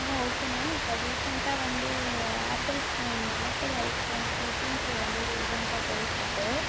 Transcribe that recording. ஆ okay ma'am இப்போ ரீசன்ட்டாக வந்து Apple phone Apple iPhone fourteen pro வந்து ரீசன்ட்டாக போயிட்ருக்கு